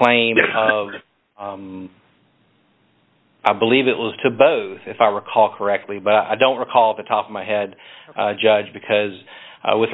claim that i believe it was to both if i recall correctly but i don't recall the top of my head judge because with